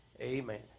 Amen